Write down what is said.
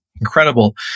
incredible